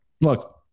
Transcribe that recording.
Look